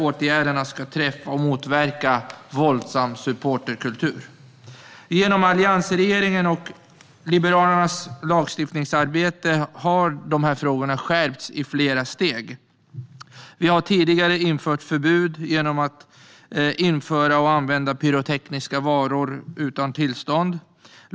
Åtgärderna ska träffa och motverka våldsam supporterkultur. Genom alliansregeringens och Liberalernas lagstiftningsarbete har frågorna skärpts i flera steg. Vi har tidigare infört förbud mot att införa och använda pyrotekniska varor utan tillstånd.